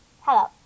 Hello